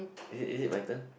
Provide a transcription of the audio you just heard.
is it is it my turn